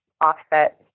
Offset